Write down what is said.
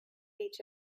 each